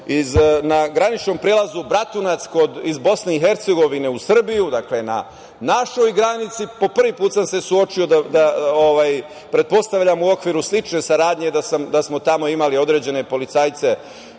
na graničnom prelazu Bratunac iz BiH u Srbiju, dakle na našoj granici. Po prvi put sam se suočio, pretpostavljam u okviru slične saradnje da smo tamo imali određene policajce